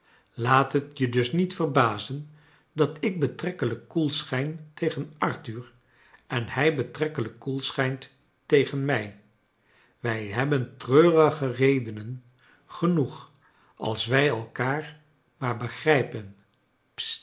laat het je dus niet verbazen dat ik betrekkelijk koel schijn tegen arthur en hij betrekkelijk koel schijnt tegen mij wij hebben treurige redenen genoeg als wij elkaar maar begrijpen